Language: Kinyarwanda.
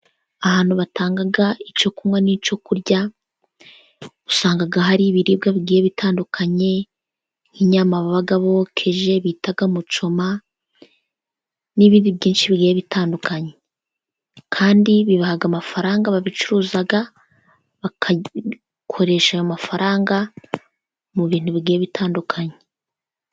Ahantu batanga icyo kunywa n'icyo kurya usanga hari ibiribwa bigiye bitandukanye nk'inyama baba bokeje bita muchoma n'ibindi byinshi bigiye bitandukanye, kandi bibaha amafaranga ababicuruza bagakoresha ayo mafaranga mu bintu bigiye bitandukanye.